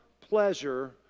pleasure